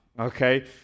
okay